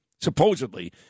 supposedly